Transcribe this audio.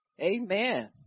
Amen